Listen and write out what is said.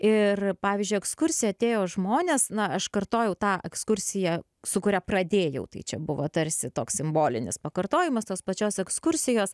ir pavyzdžiui į ekskursiją atėjo žmonės na aš kartojau tą ekskursiją su kuria pradėjau tai čia buvo tarsi toks simbolinis pakartojimas tos pačios ekskursijos